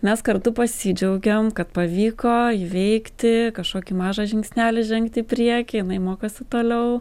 mes kartu pasidžiaugiam kad pavyko įveikti kažkokį mažą žingsnelį žengt į priekį jinai mokosi toliau